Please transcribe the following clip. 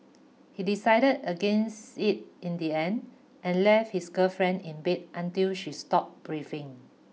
he decided against it in the end and left his girlfriend in bed until she stopped breathing